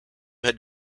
had